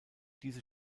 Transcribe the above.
diese